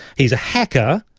he's a hacker,